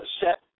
set